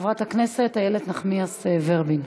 חברת הכנסת איילת נחמיאס ורבין.